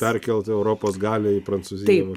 perkelt eurpos galiai į prancūziją